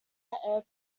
airport